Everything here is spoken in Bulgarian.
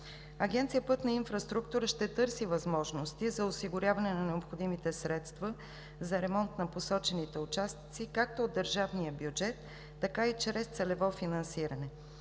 Агенция „Пътна инфраструктура“ ще търси възможности за осигуряване на необходимите средства за ремонт на посочените участъци както от Държавния бюджет, така и чрез целево финансиране.